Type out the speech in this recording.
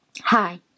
Hi